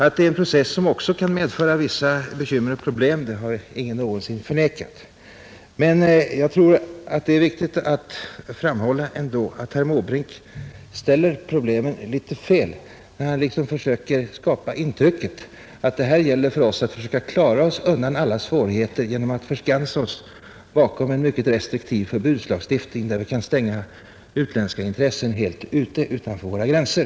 Att det är en process som också kan medföra vissa bekymmer och problem har ingen någonsin förnekat. Men jag tror att det är viktigt att ändå framhålla att herr Måbrink ställer problemen litet felaktigt när han liksom försöker skapa intrycket att det gäller för oss att klara oss undan alla svårigheter genom att förskansa oss bakom en mycket restriktiv förbudslagstiftning, som innebär att vi helt kan stänga våra gränser för utländska kapitalintressen.